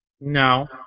No